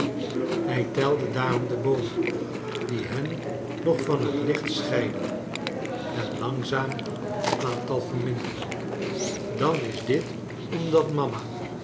hij telde daarom de boomen die hen nog van het licht scheidden en langzaam in aantal verminderden dan is dit omdat mama